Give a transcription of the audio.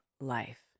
life